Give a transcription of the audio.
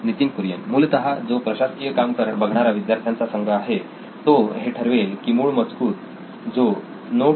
नितीन कुरियन मूलतः जो प्रशासकीय काम बघणारा विद्यार्थ्यांचा संघ आहे तो हे ठरवेल की मूळ मजकूर जो नोट्स चा पाया असेल तो कुठला असावा